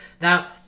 Now